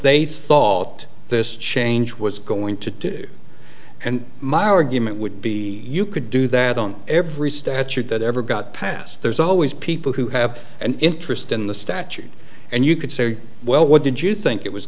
they thought this change was going to do and my argument would be you could do that on every statute that ever got passed there's always people who have an interest in the statute and you could say well what did you think it was